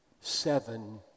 seven